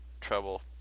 trouble